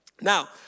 Now